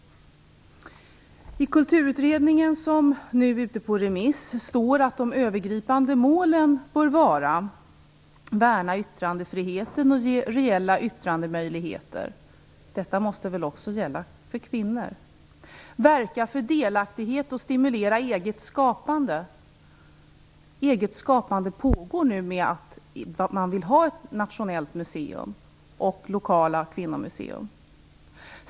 I Kulturutredningen, som nu är ute på remiss, står att de övergripande målen bör vara att: Värna yttrandefriheten och ge reella yttrandemöjligheter. Detta måste väl också gälla för kvinnor. Verka för delaktighet och stimulera eget skapande. Eget skapande pågår nu genom att man vill ha ett nationellt kvinnomuseum och lokala kvinnomuseer.